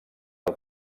del